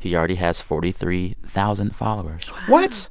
he already has forty three thousand followers what?